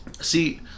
See